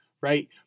right